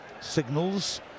Signals